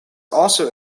also